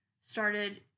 started